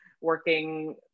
working